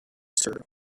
sir